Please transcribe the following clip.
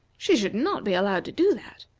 she should not be allowed to do that.